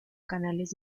canales